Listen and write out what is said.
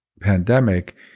pandemic